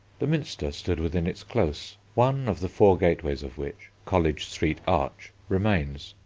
the minster stood within its close, one of the four gateways of which, college street arch, remains.